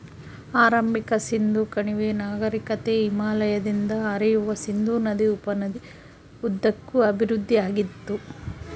ಆರಂಭಿಕ ಸಿಂಧೂ ಕಣಿವೆ ನಾಗರಿಕತೆ ಹಿಮಾಲಯದಿಂದ ಹರಿಯುವ ಸಿಂಧೂ ನದಿ ಉಪನದಿ ಉದ್ದಕ್ಕೂ ಅಭಿವೃದ್ಧಿಆಗಿತ್ತು